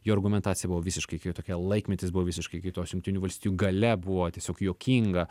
jo argumentacija buvo visiškai kitokia laikmetis buvo visiškai kitoks jungtinių valstijų galia buvo tiesiog juokinga